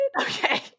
Okay